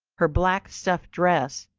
her black stuff dress,